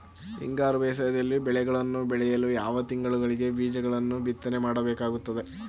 ಹಿಂಗಾರು ಬೇಸಾಯದಲ್ಲಿ ಬೆಳೆಗಳನ್ನು ಬೆಳೆಯಲು ಯಾವ ತಿಂಗಳುಗಳಲ್ಲಿ ಬೀಜಗಳನ್ನು ಬಿತ್ತನೆ ಮಾಡಬೇಕಾಗುತ್ತದೆ?